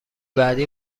بعدی